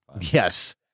Yes